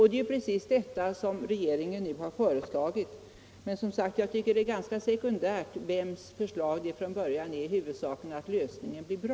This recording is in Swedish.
Det är ju precis detta som regeringen nu har föreslagit. Men jag tycker som sagt att det är ganska sekundärt vems förslag det från början är. Huvudsaken är att lösningen blir bra.